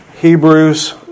Hebrews